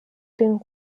den